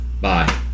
Bye